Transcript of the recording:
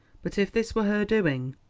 but if this were her doing,